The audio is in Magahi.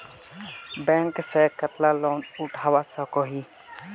बैंक से कतला लोन उठवा सकोही?